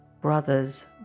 brothers